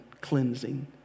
cleansing